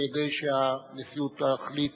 כדי שהנשיאות תחליט.